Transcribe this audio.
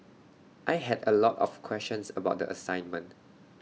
I had A lot of questions about the assignment